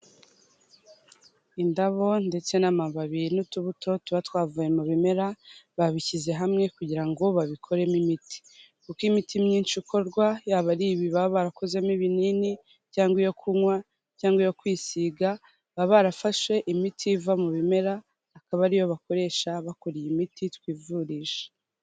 Indabo ndetse n'amababi n'utubuto tuba twavuye mu bimera, babishyize hamwe kugira ngo babikoremo imiti. Kuko imiti myinshi ikorwarwa yaba ari ibiba barakozemo ibinini, cyangwa iyo kunywa cyangwa iyo kwisiga, baba barafashe imiti iva mu bimera, akaba ariyo bakoresha bakora iyi miti twivurisha.